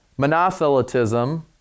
monothelitism